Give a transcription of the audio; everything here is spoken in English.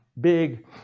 big